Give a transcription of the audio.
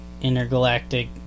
intergalactic